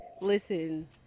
Listen